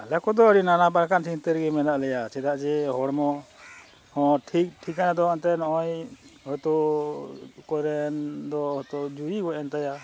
ᱟᱞᱮ ᱠᱚᱫᱚ ᱟᱹᱰᱤ ᱱᱟᱱᱟ ᱯᱨᱚᱠᱟᱨ ᱪᱤᱱᱛᱟᱹ ᱨᱮᱜᱮ ᱢᱮᱱᱟᱜ ᱞᱮᱭᱟ ᱪᱮᱫᱟᱜ ᱡᱮ ᱦᱚᱲᱢᱚ ᱦᱚᱸ ᱴᱷᱤᱠ ᱴᱷᱤᱠᱟᱱᱟ ᱫᱚ ᱮᱱᱛᱮ ᱱᱚᱜᱼᱚᱭ ᱦᱚᱭᱛᱳ ᱚᱠᱚᱭᱨᱮᱱ ᱫᱚ ᱦᱚᱭᱛᱳ ᱡᱩᱨᱤᱭ ᱜᱚᱡ ᱮᱱ ᱛᱟᱭᱟ